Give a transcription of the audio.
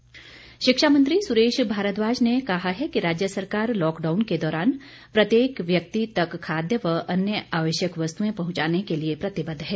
भारद्वाज शिक्षा मंत्री सुरेश भारद्वाज ने कहा है कि राज्य सरकार लॉकडाउन के दौरान प्रत्येक व्यक्ति तक खाद्य व अन्य आवश्यक वस्तुए पहुंचाने के लिए प्रतिबद्ध है